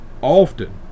often